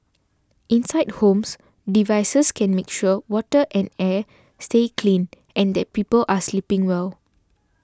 inside homes devices can make sure water and air stay clean and that people are sleeping well